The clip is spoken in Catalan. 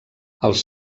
els